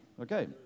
Okay